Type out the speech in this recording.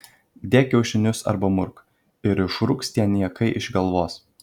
dėk kiaušinius arba murk ir išrūks tie niekai iš galvos